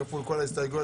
כפול כל ההסתייגויות,